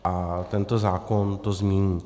A tento zákon to změní.